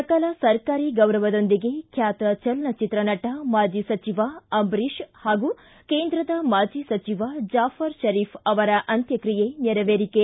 ಸಕಲ ಸರ್ಕಾರಿ ಗೌರವದೊಂದಿಗೆ ಖ್ಯಾತ ಚಲನಚಿತ್ರ ನಟ ಮಾಜಿ ಸಚಿವ ಅಂಬರೀಷ್ ಹಾಗೂ ಕೇಂದ್ರದ ಮಾಜಿ ಸಚಿವ ಜಾಫರ್ ಷರೀಫ್ ಅವರ ಅಂತ್ಯಕ್ರಿಯೆ ನೆರವೇರಿಕೆ